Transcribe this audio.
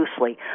loosely